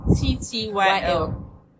T-T-Y-L